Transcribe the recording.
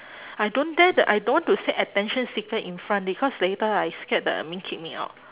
I don't dare to I don't want to say attention seeker in front because later I scared the admin kick me out